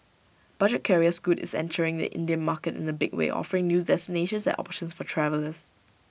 budget carrier scoot is entering the Indian market in A big way offering new destinations and options for travellers